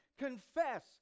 confess